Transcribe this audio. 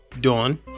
Dawn